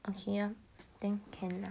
okay lor then can lah